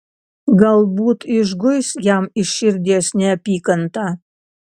galbūt išguis jam iš širdies neapykantą